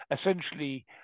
essentially